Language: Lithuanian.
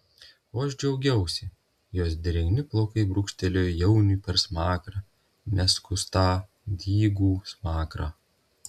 o aš džiaugiausi jos drėgni plaukai brūkštelėjo jauniui per smakrą neskustą dygų smakrą